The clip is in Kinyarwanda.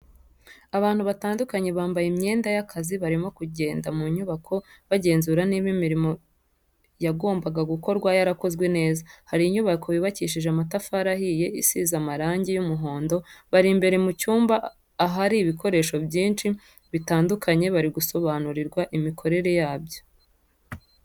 Abantu batandukanye bambaye imyenda y'akazi barimo kugenda mu nyubako bagenzura niba imirimo yagombaga gukorwa yarakozwe neza, hari inyubako yubakishije amatafari ahiye isize amarangi y'umuhondo, bari imbere mu cyumba ahari ibikoresho byinshi bitandukanye bari gusobanurirwa imikorere yabyo.